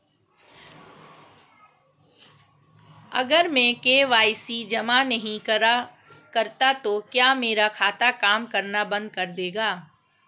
अगर मैं के.वाई.सी जमा नहीं करता तो क्या मेरा खाता काम करना बंद कर देगा?